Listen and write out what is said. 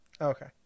Okay